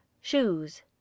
SHOES